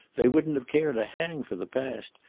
they wouldn't have cared a hang for the past.